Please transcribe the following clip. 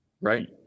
right